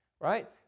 right